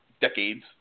decades